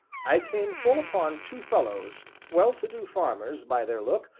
i came full upon two fellows, well-to-do farmers, by their look,